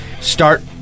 start